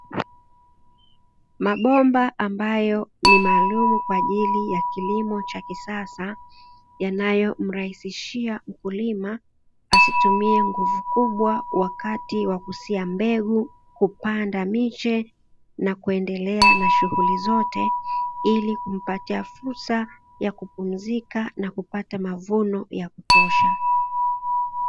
Mabomba ambayo ni maalumu kwa ajili ya kilimo cha kisasa yanayomrahisishia mkulima asitumie nguvu kubwa wakati wa kusia mbegu, kupanda miche na kuendelea na shughuli zote, ili kumpatia fursa ya kupumzika na kupata mavuno ya kutosha.